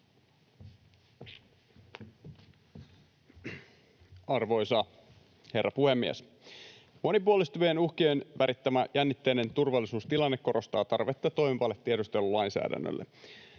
Arvoisa herra puhemies! Monipuolistuvien uhkien värittämä jännitteinen turvallisuustilanne korostaa tarvetta toimivalle tiedustelulainsäädännölle.